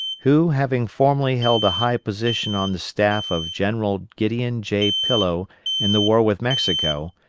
who having formerly held a high position on the staff of general gideon j. pillow in the war with mexico,